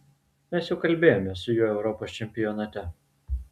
mes jau kalbėjome su juo europos čempionate